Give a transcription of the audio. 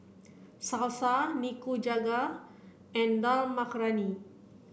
Salsa Nikujaga and Dal Makhani